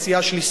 הסיעה שלי,